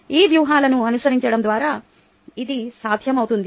ఈ వ్యూహాలను అనుసరించడం ద్వారా ఇది సాధ్యమవుతుంది